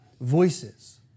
voices